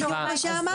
זה בדיוק מה שאמרתי.